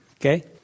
Okay